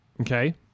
okay